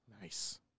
nice